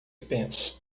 penso